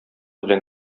белән